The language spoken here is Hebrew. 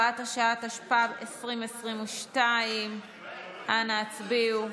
התשפ"ב 2022. אנא הצביעו.